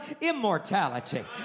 immortality